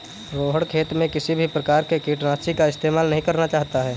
रोहण खेत में किसी भी प्रकार के कीटनाशी का इस्तेमाल नहीं करना चाहता है